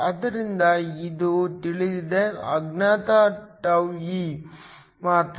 ಆದ್ದರಿಂದ ಇದು ತಿಳಿದಿದೆ ಅಜ್ಞಾತ τe ಮಾತ್ರ